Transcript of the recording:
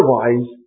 Otherwise